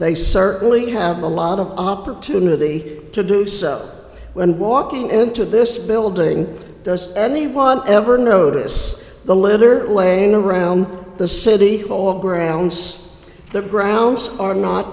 they certainly have a lot of opportunity to do so when walking into this building does anyone ever notice the litter laying around the city hall grounds the grounds are not